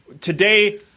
today